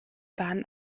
waren